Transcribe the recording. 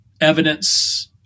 evidence